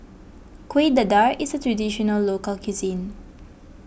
Kueh Dadar is a Traditional Local Cuisine